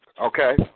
okay